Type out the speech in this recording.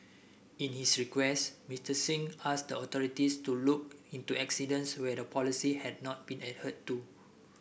in his request Mister Singh asked the authorities to look into incidents where the policy had not been adhered to